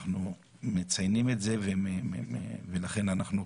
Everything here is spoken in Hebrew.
אנחנו מציינים את זה ולכן אנחנו